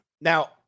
Now